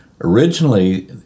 Originally